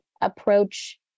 approach